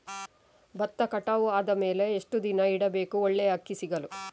ಭತ್ತ ಕಟಾವು ಆದಮೇಲೆ ಎಷ್ಟು ದಿನ ಇಡಬೇಕು ಒಳ್ಳೆಯ ಅಕ್ಕಿ ಸಿಗಲು?